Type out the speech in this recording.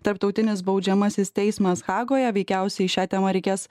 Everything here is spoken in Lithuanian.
tarptautinis baudžiamasis teismas hagoje veikiausiai šią temą reikės